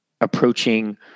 approaching